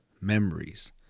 memories